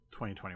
2021